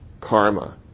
Karma